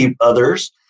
others